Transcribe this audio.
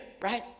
right